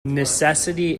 necessity